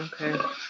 Okay